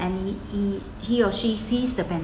and he he he or she sees the pen~